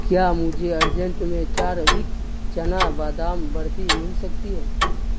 کیا مجھے ارجنٹ میں چاروک چنا بادام برفی مل سکتی ہے